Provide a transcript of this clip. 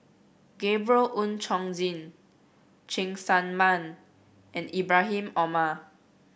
Gabriel Oon Chong Jin Cheng Tsang Man and Ibrahim Omar